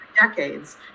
decades